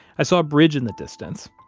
i saw a bridge in the distance.